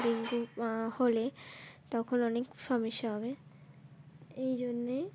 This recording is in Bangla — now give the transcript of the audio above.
ডেঙ্গু হলে তখন অনেক সমস্যা হবে এই জন্যেই